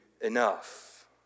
enough